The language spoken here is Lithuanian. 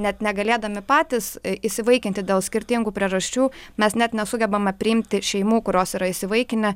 net negalėdami patys įsivaikinti dėl skirtingų priežasčių mes net nesugebame priimti šeimų kurios yra įsivaikinę